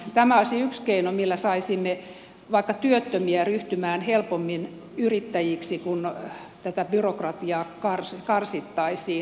tämä olisi yksi keino millä saisimme vaikka työttömiä ryhtymään helpommin yrittäjiksi kun tätä byrokratiaa karsittaisiin